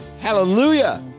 Hallelujah